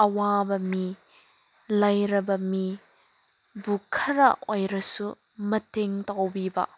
ꯑꯋꯥꯕ ꯃꯤ ꯂꯥꯏꯔꯕ ꯃꯤꯕꯨ ꯈꯔ ꯑꯣꯏꯔꯁꯨ ꯃꯇꯦꯡ ꯇꯧꯕꯤꯕ